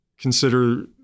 consider